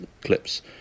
clips